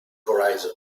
horizon